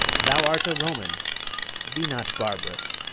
thou art a roman be not barbarous.